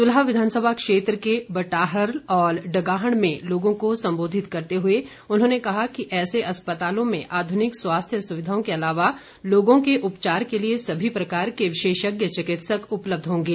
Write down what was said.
सूलह विधानसभा क्षेत्र के बटारहल और डगाहण में लोगों को सम्बोधित करते हुए उन्होंने कहा कि ऐसे अस्पतालों में आधुनिक स्वास्थ्य सुविधाओं के के अलावा लोगों के उपचार के लिए सभी प्रकार के विशेषज्ञ चिकित्सक उपलब्ध होंगे